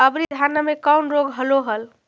अबरि धाना मे कौन रोग हलो हल?